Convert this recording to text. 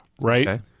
right